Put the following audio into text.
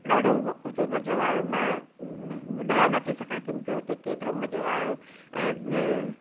ॾाढो हुते मज़ो आहियो मां ॿुधाए नथी सघां कि मूंखे हुते केतिरो मज़ो आहियो ऐं